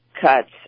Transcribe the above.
cuts